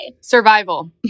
Survival